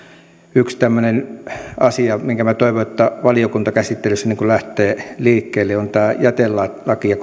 yksi tämmöinen asia minkä minä toivon valiokuntakäsittelyssä lähtevän liikkeelle on että mitenkä tämä lakiesitys menee jätelakia